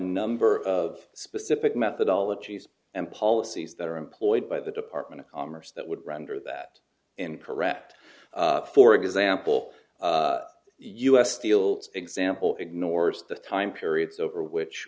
number of specific methodology and policies that are employed by the department of commerce that would render that incorrect for example us steel example ignores the time periods over which